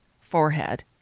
forehead